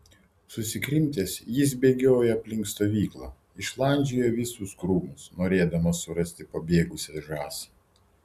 susikrimtęs jis bėgiojo aplink stovyklą išlandžiojo visus krūmus norėdamas surasti pabėgusią žąsį